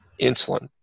insulin